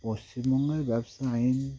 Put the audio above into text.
পশ্চিমবঙ্গের ব্যবসা আইন